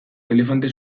elefante